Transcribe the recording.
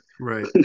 Right